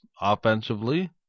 offensively